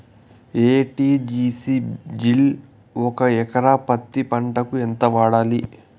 ఎ.టి.జి.సి జిల్ ఒక ఎకరా పత్తి పంటకు ఎంత వాడాలి?